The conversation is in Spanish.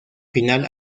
final